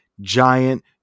giant